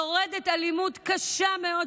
שורדת אלימות קשה מאוד,